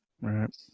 Right